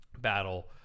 battle